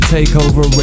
Takeover